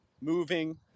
moving